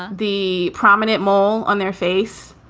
ah the prominent mole on their face,